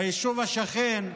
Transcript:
ביישוב השכן פוריידיס,